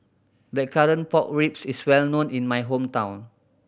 Blackcurrant Pork Ribs is well known in my hometown